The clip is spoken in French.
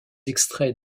extraits